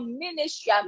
ministry